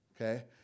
okay